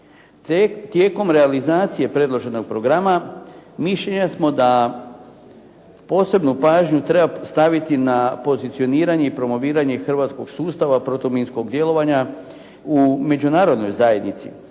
Tijekom realizacije predloženog programa mišljenja smo da posebnu pažnju treba staviti na pozicioniranje i promoviranje hrvatskog sustava protuminskog djelovanja u Međunarodnoj zajednici,